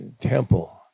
temple